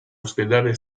ospedale